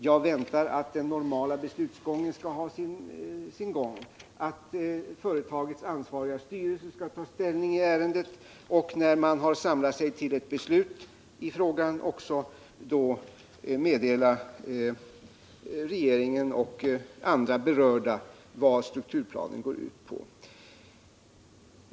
Jag räknar med att den normala beslutsgången här skall följas, dvs. att företagets ansvariga styrelse skall ta ställning och att man, när man samlat sig till ett beslut i frågan, kommer att meddela regeringen och andra berörda vad strukturplanen går ut på.